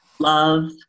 love